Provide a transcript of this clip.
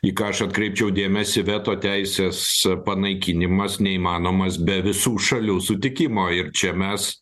į ką aš atkreipčiau dėmesį veto teisės panaikinimas neįmanomas be visų šalių sutikimo ir čia mes